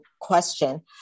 question